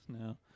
now